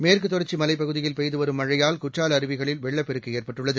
மேற்கு தொடர்ச்சி மலைப்பகுதியில் பெய்துவரும் மழையால் குற்றால அருவிகளில் வெள்ளப் பெருக்கு ஏற்பட்டுள்ளது